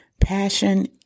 Passion